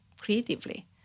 creatively